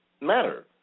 matter